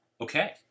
Okay